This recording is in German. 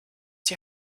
die